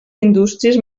indústries